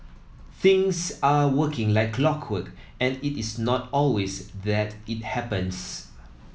things are working like clockwork and it is not always that it happens